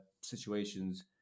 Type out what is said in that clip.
situations